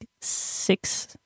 six